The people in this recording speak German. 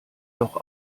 doch